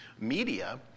media